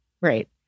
Right